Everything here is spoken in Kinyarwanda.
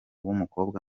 w’umukobwa